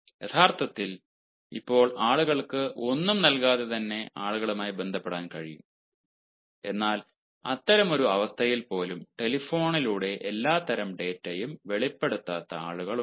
യഥാർത്ഥത്തിൽ ഇപ്പോൾ ആളുകൾക്ക് ഒന്നും നൽകാതെ തന്നെ ആളുകളുമായി ബന്ധപ്പെടാൻ കഴിയും എന്നാൽ അത്തരമൊരു അവസ്ഥയിൽ പോലും ടെലിഫോണിലൂടെ എല്ലാത്തരം ഡാറ്റയും വെളിപ്പെടുത്താത്ത ആളുകൾ ഉണ്ട്